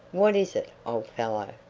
what is it, old fellow?